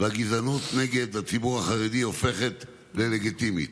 והגזענות נגד הציבור החרדי הופכת ללגיטימית.